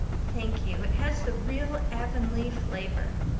thank you. it has the real avonlea flavor.